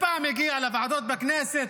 פעם הגיע לוועדות בכנסת,